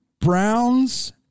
Browns